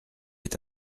est